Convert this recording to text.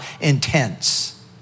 intense